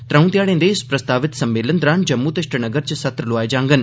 त्रौं ध्याड़े दे इस प्रस्तावित सम्मेलन दौरान जम्मू ते श्रीनगर च सत्र लोआए जाडन